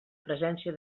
presència